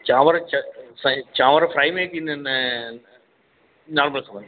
चांवर साईं चांवर फ्राई में न नॉर्मल खपनि